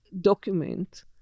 document